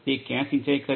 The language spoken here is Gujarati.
તે કયા સિંચાઈ કરવી